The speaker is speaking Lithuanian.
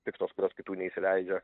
piktos kurios kitų neįsileidžia